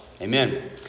Amen